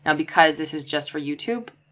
and because this is just for youtube,